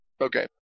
Okay